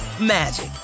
magic